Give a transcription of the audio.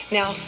Now